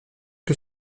que